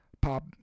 pop